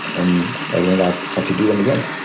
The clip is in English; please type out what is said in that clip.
and i learned not ah to do them again.